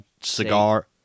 Cigar